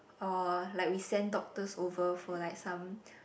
or like we stand doctors over for like some